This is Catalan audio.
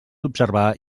observar